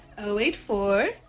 084